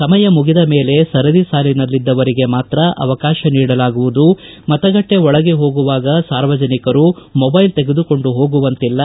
ಸಮಯ ಮುಗಿದ ಮೇಲೆ ಸರದಿ ಸಾಲಿನಲ್ಲಿದ್ದವರಿಗೆ ಮಾತ್ರ ಅವಕಾತ ನೀಡಲಾಗುವುದು ಮತಗಟ್ಟೆ ಒಳಗೆ ಹೋಗುವಾಗ ಸಾರ್ವಜನಿಕರು ಮೊಬೈಲ್ ತೆಗೆದುಕೊಂಡು ಹೋಗುವಂತಿಲ್ಲ